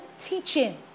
teaching